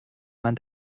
man